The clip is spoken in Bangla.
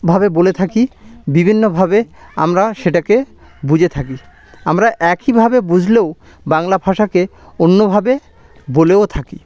ভাবে বলে থাকি বিভিন্নভাবে আমরা সেটাকে বুঝে থাকি আমরা একইভাবে বুঝলেও বাংলা ভাষাকে অন্যভাবে বলেও থাকি